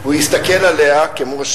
הוא הסתכל עליה כמו,